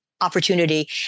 opportunity